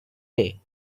day